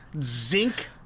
zinc